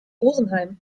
rosenheim